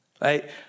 right